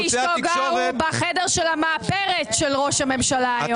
ואשתו גרו בחדר של המאפרת של ראש הממשלה היום.